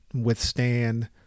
withstand